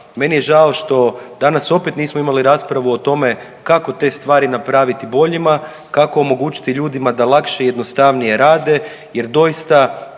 meni je žao što danas opet nismo imali raspravu o tome kako te stvari napraviti boljima, kako omogućiti ljudima da lakše i jednostavnije rade, jer doista